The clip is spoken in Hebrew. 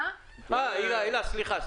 סליחה?